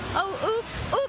oops, so